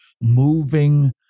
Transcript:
moving